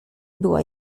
była